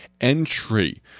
entry